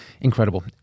incredible